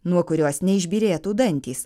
nuo kurios neišbyrėtų dantys